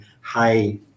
high